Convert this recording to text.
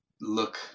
look